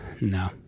No